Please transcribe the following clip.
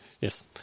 Yes